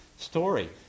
Story